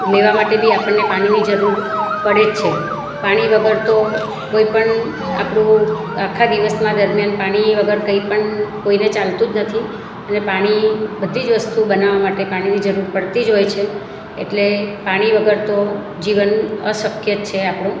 લેવા માટે બી આપણને પાણીની જરૂર પડે જ છે પાણી વગર તો કોઈપણ આપણું આખા દિવસમાં દરમ્યાન પાણી વગર કંઇપણ કોઈને ચાલતું જ નથી અને પાણી બધી જ વસ્તુ બનાવવા માટે પાણીની જરૂર પડતી જ હોય છે એટલે પાણી વગર તો જીવન અશક્ય જ છે આપણું